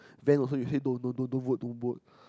van also you say don't don't don't don't work don't work